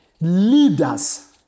leaders